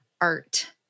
art